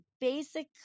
basic